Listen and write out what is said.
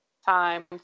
time